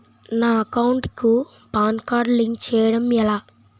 నా అకౌంట్ కు PAN card link చేయడం ఎలా?